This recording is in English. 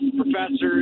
Professors